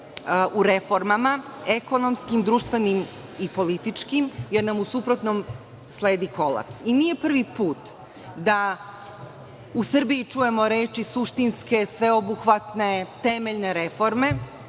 u reformama ekonomskim, društvenim i političkim, jer nam u suprotnom sledi kolaps. Nije prvi put da u Srbiji čujemo reči suštinske, sveobuhvatne temeljne reforme.